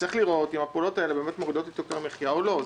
צריך לראות אם הפעולות האלה באמת מורידות את יוקר המחיה או לא,